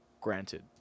granted